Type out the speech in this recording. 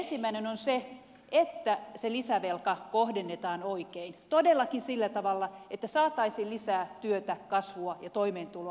ensimmäinen on se että se lisävelka kohdennetaan oikein todellakin sillä tavalla että saataisiin lisää työtä kasvua ja toimeentuloa